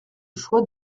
choix